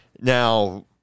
Now